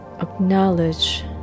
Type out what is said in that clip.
Acknowledge